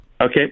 Okay